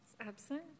Absent